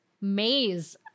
maze